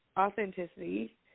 authenticity